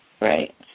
right